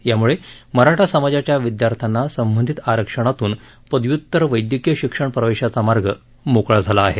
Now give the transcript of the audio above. यामुळे मराठा समाजाच्या विद्यार्थ्यांना संबंधित आरक्षणातून पदव्युत्तर वैद्यकीय शिक्षण प्रवेशाचा मार्ग मोकळा झाला आहे